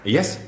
Yes